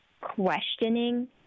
questioning